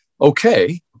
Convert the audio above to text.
okay